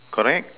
correct